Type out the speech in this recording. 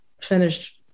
finished